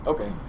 Okay